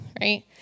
Right